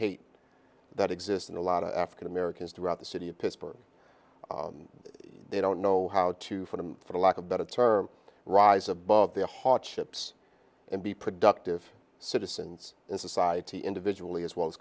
hate that exists in a lot of african americans throughout the city of pittsburgh they don't know how to fight for lack of a better term rise above the hardships and be productive citizens in society individual as well as